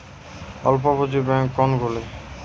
অল্প পুঁজি ব্যাঙ্ক কোনগুলি?